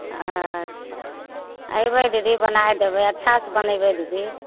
अच्छा अयबै दीदी बनाइ देबै अच्छासँ बनेबै दीदी